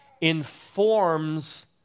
informs